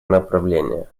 направления